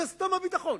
שסתום הביטחון,